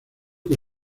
que